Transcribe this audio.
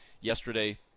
yesterday